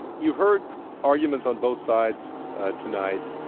you've heard arguments on both sides tonight.